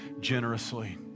generously